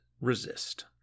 resist